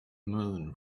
moon